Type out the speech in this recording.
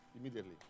immediately